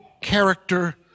character